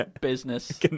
business